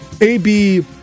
ab